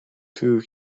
two